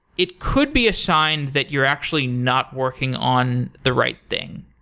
it could be a sign that you're actually not working on the right things.